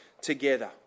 together